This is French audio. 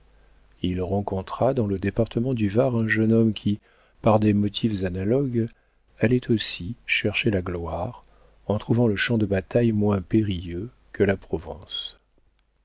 il rencontra dans le département du var un jeune homme qui par des motifs analogues allait aussi chercher la gloire en trouvant le champ de bataille moins périlleux que la provence